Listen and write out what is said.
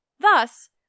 Thus